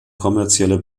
kommerzielle